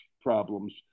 problems